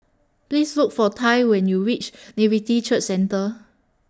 Please Look For Tai when YOU REACH Nativity Church Centre